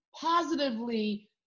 positively